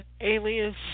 Alias